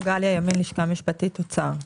לשכה משפטית, אוצר.